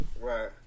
Right